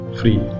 free